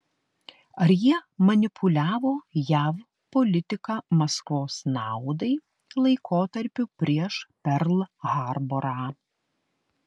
ar jie manipuliavo jav politika maskvos naudai laikotarpiu prieš perl harborą